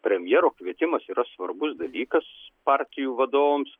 premjero kvietimas yra svarbus dalykas partijų vadovams